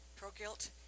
Pro-guilt